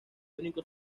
único